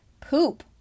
poop